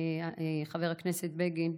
חבר הכנסת בגין,